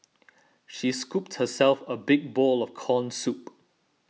she scooped herself a big bowl of Corn Soup